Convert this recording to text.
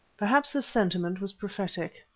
perhaps this sentiment was prophetic.